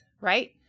right